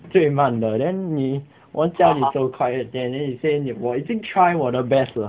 最慢的 then 你我们叫你走快一点 then 你 say 我已经 try 我的 best 了